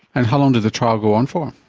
and how long did the trial go on for?